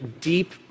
deep